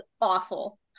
awful